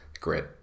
great